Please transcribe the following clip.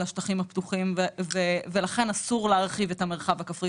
השטחים הפתוחים ולכן אסור להרחיב את המרחב הכפרי.